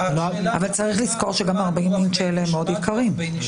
צריך לזכור ש-40 האינץ' האלה מאוד יקרים.